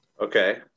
Okay